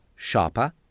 Sharper